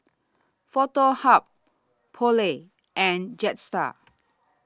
Foto Hub Poulet and Jetstar